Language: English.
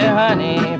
honey